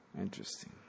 Interesting